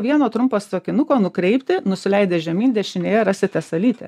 vieno trumpą sakinuką nukreipti nusileidę žemyn dešinėje rasite salytę